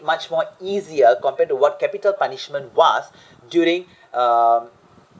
much more easier compared to what capital punishment was during uh